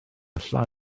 llai